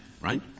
right